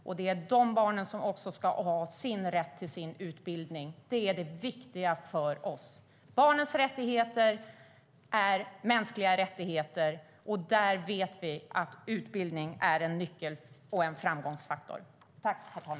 Att dessa barn också ska ha sin rätt till utbildning är det viktiga för oss.